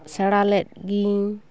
ᱥᱮᱬᱟ ᱞᱮᱫ ᱜᱤᱭᱟᱹᱧ